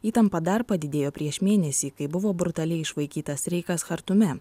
įtampa dar padidėjo prieš mėnesį kai buvo brutaliai išvaikytas reichas chartume